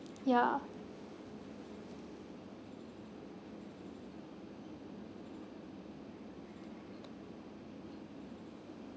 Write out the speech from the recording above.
ya